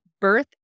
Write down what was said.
birth